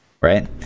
right